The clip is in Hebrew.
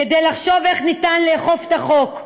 כדי לחשוב איך אפשר לאכוף את החוק.